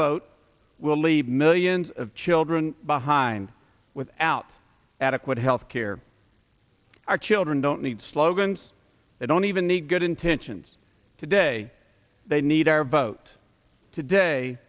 vote will leave millions of children behind without adequate health care our children don't need slogans they don't even need good intentions today they need our vote today